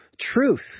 Truth